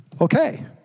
Okay